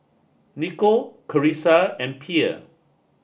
Niko Carissa and Pierre